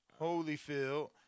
Holyfield